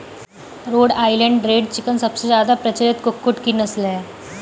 road Island Red chicken सबसे ज्यादा प्रचलित कुक्कुट की नस्ल है